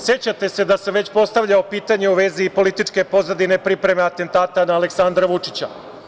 Sećate se da sam već postavljao pitanja u vezi političke pozadine pripreme atentata na Aleksandra Vučića.